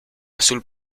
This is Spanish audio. azul